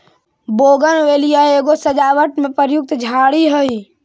bougainvillea एगो सजावट में प्रयुक्त झाड़ी हई